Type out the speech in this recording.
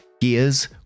Gears